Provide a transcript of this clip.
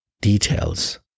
details